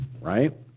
right